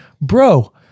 bro